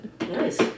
Nice